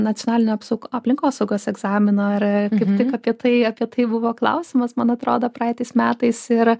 nacionalinio apsuk aplinkosaugos egzamino ir kaip tik apie tai apie tai buvo klausimas man atrodo praeitais metais ir